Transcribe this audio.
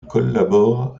collabore